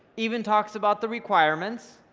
even talks about the requirements,